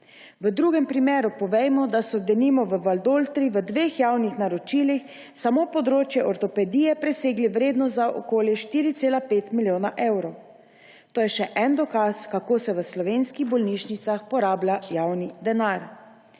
V drugem primeru povejmo, da je, denimo, v Valdoltri v dveh javnih naročilih samo področje ortopedije preseglo vrednost za okoli 4,5 milijona evrov. To je še en dokaz, kako se v slovenskih bolnišnicah porablja javni denar.